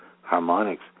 Harmonics